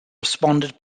responded